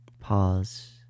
Pause